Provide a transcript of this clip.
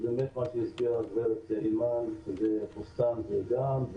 ובאמת, כמו שהסבירה גברת אימאן, בוסתן זה גן,